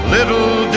Little